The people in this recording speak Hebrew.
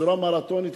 בצורה מרתונית,